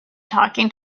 talking